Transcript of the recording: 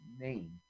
name